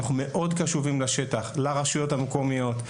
אנחנו מאוד קשובים לשטח; לרשויות המקומיות,